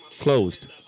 closed